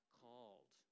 called